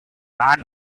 man